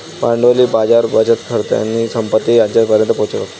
भांडवली बाजार बचतकर्त्यांची संपत्ती त्यांच्यापर्यंत पोहोचवतात